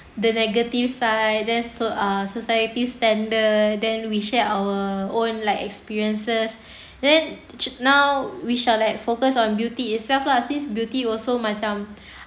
the negative side there's so~ uh society standard then we share our own like experiences then now we shall like focus on beauty itself lah since beauty was so macam